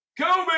Kobe